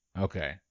Okay